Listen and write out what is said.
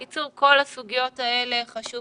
בקיצור, כל הסוגיות האלה חשוב